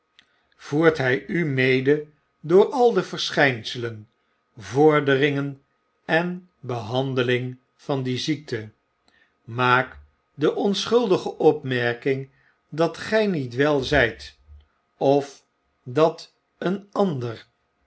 voert hg u mede door al de verschgnselen vorderingen en behandeling van die ziekte maak de onschuldige opmerking dat gg niet wel zgt of dat een ander